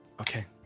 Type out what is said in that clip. Okay